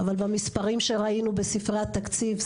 אבל במספרים שראינו בספרי התקציב,